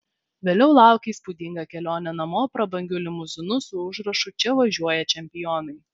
vėliau laukė įspūdinga kelionė namo prabangiu limuzinu su užrašu čia važiuoja čempionai